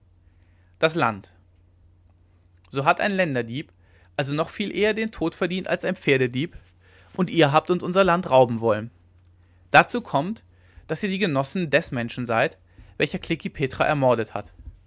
das land so hat ein länderdieb also noch viel eher den tod verdient als ein pferdedieb und ihr habt uns unser land rauben wollen dazu kommt daß ihr die genossen des menschen seid welcher klekih petra ermordet hat